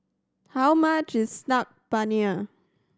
how much is Saag Paneer